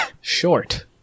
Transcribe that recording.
short